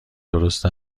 درست